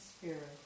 spirit